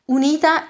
unita